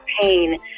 pain